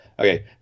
Okay